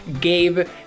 Gabe